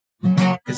Cause